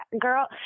girl